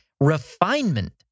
refinement